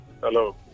hello